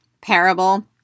parable